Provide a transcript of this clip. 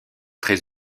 très